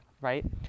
right